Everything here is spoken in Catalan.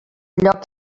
lloc